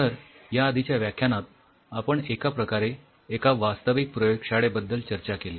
तर याआधीच्या व्याख्यानात आपण एका प्रकारे एका वास्तविक प्रयोगशाळेबद्दल चर्चा केली